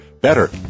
better